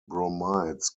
bromides